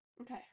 Okay